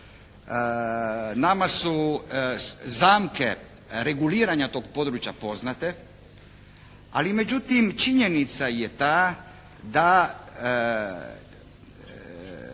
Nama su zamke reguliranja tog područja poznate, ali međutim činjenica je ta da